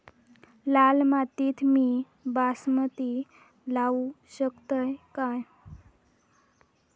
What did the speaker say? लाल मातीत मी बासमती लावू शकतय काय?